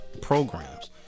programs